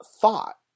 thought